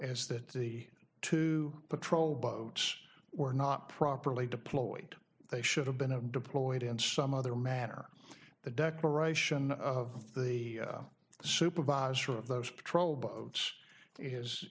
is that the two patrol boats were not properly deployed they should have been a deployed in some other manner the declaration of the supervisor of those patrol boats is